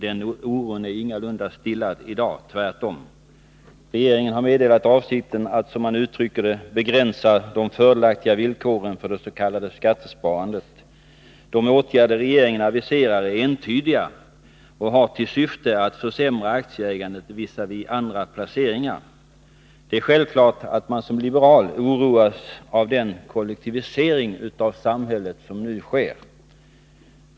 Den oron är ingalunda stillad i dag. Tvärtom! Regeringen har meddelat avsikten att — som man uttrycker det — begränsa de fördelaktiga villkoren för det s.k. skattesparandet. De åtgärder regeringen aviserar är entydiga och har till syfte att försämra aktieägandet visavi andra placeringar. Det är självklart att man som liberal oroas av den kollektivisering av samhället som nu sker.